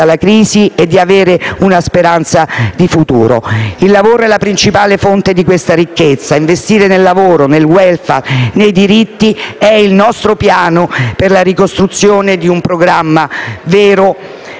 dalla crisi e di avere una speranza di futuro. Il lavoro è la principale fonte di questa ricchezza: investire nel lavoro, nel w*elfare* e nei diritti è il nostro piano per arrivare alla definizione di un programma vero